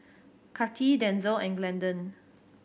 Kati Denzel and Glendon